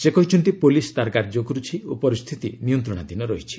ସେ କହିଛନ୍ତି ପୁଲିସ୍ ତାର କାର୍ଯ୍ୟ କରୁଛି ଓ ପରିସ୍ଥିତି ନିୟନ୍ତ୍ରଣାଧୀନ ରହିଛି